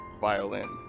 violin